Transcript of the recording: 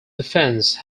defence